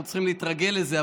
אנחנו עוד צריכים להתרגל לזה,